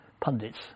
pundits